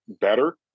better